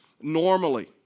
Normally